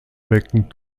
becken